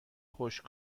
خشک